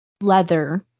leather